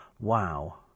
wow